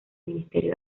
ministerio